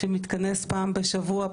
שמתכנס פעם בשבוע,